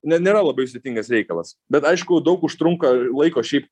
ne nėra labai sudėtingas reikalas bet aišku daug užtrunka laiko šiaip